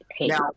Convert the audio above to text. now